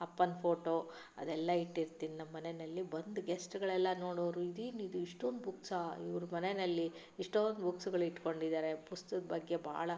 ಅಪ್ಪನ ಫ಼ೋಟೋ ಅದೆಲ್ಲಾ ಇಟ್ಟಿರ್ತೀನಿ ನಮ್ಮ ಮನೆಯಲ್ಲಿ ಬಂದ ಗೆಸ್ಟ್ಗಳೆಲ್ಲ ನೋಡೋರು ಇದೇನಿದು ಇಷ್ಟೊಂದು ಬುಕ್ಸಾ ಇವರ ಮನೆಯಲ್ಲಿ ಇಷ್ಟೊಂದು ಬುಕ್ಸುಗಳು ಇಟ್ಕೊಂಡಿದ್ದಾರೆ ಪುಸ್ತಕದ ಬಗ್ಗೆ ಭಾಳ